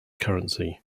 currency